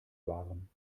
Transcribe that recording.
waren